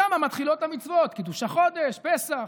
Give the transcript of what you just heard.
שם מתחילות המצוות: קידוש החודש, פסח.